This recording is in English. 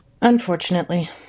Unfortunately